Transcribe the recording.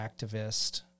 activist